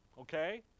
okay